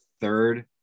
third